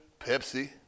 Pepsi